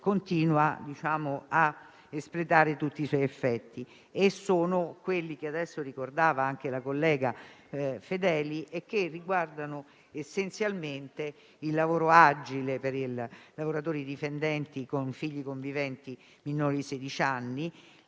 continua a espletare tutti i suoi effetti. Mi riferisco a quelle ricordate anche dalla senatrice Fedeli e che riguardano essenzialmente il lavoro agile per il lavoratori dipendenti con figli conviventi minori di sedici